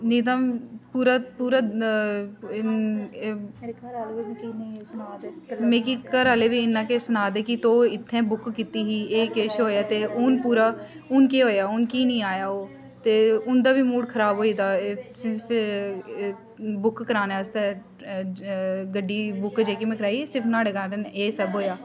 नेईं तां पूरा पूरा मिगी घरा आह्ले बी इन्नां किश सना दे तोह इत्थें बुक कीती ही एह् किश होएआ ते हून पूरा हून केह् होएआ हून की नी आया ओह् ते उं'दा बी मूड़ खराब होई गेदा बुक कराने आस्तै गड्डी बुक जेह्की में कराई सिर्फ नुहाड़े कारण एह् सब होएआ